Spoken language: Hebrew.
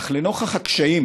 אך לנוכח הקשיים